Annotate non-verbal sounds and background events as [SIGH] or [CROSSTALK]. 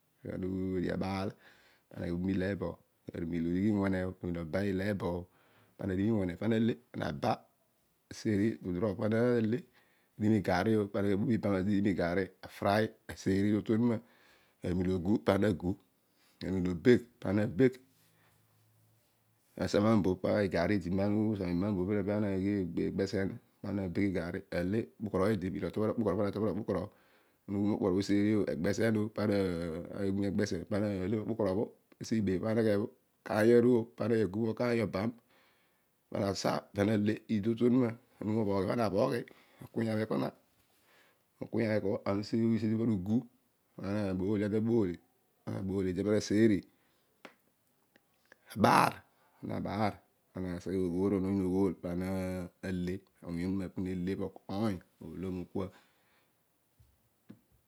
Ana ru adio abaal pana oghi obu ileebo. pana oba iwene pana le. na ba aseeri udurogh pana le. odighi igarri o. pana ghi abu mibam afry odighi migarri pana eeeri to otu onuma ami milo ogu pana gu. aru milo obala pana bake. Ana usa ma mbobh. igarri idi. pana oghir ibam agbesem pana dighi mi garri ale. Ana utobh ori mokpukoro. ana udighi mokpuk orobho useeri pana le. agbesen o ana udighi ma gbesen useghe mokpuk oro bho pana'ale. [UNINTELLIGIBLE] okaiy aru o pana gu mo okaiy pa na sa pana le. idi to otu ouuma. Ana tu moh hoogh okaiy pana bhooghi. okunya bho ekana. ana ughi ugu. anaabool. pana seeri mibha ana ta seeri o. neebaan pana seghe mo yiin oghool ana ghooron pana le [UNINTELLIGIBLE] ausuny onuma punele po okoiy olonou kua.